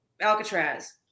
Alcatraz